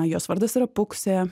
jos vardas yra pūksė